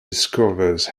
discovers